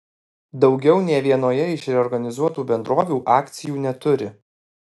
daugiau nė vienoje iš reorganizuotų bendrovių akcijų neturi